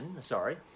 Sorry